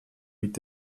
mit